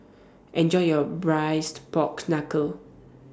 Enjoy your Braised Pork Knuckle